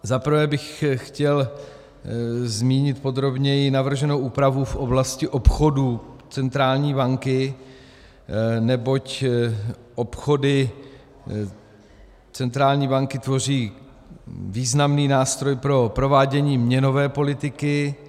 Za prvé bych chtěl zmínit podrobněji navrženou úpravu v oblasti obchodů centrální banky, neboť obchody centrální banky tvoří významný nástroj pro provádění měnové politiky.